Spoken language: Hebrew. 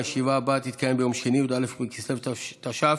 הישיבה הבאה תתקיים ביום שני, י"א בכסלו התש"ף,